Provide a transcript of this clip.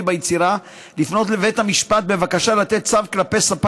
ביצירה לפנות לבית המשפט בבקשה לתת צו כלפי ספק